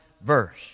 verse